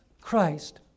Christ